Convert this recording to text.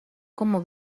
como